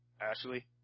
Ashley